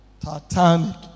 Titanic